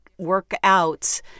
workouts